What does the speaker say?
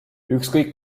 ükskõik